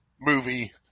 movie